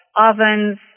ovens